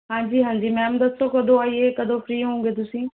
ਹਾਂਜੀ ਹਾਂਜੀ ਮੈਮ ਦੱਸੋ ਕਦੋਂ ਆਈਏ ਕਦੋਂ ਫ੍ਰੀ ਹੋਊਂਗੇ ਤੁਸੀਂ